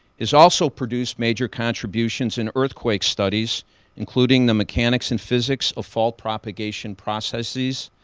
has also produced major contributions in earthquake studies including the mechanics and physics of fault propagation processes,